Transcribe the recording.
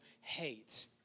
hate